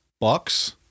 bucks